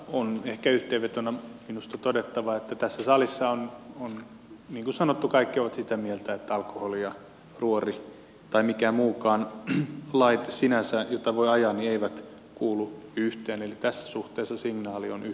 on ehkä yhteenvetona minusta todettava että tässä salissa niin kuin sanottu kaikki ovat sitä mieltä että alkoholi ja ruori tai mikään muukaan laite sinänsä jota voi ajaa eivät kuulu yhteen eli tässä suhteessa signaali on yhteinen